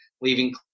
leaving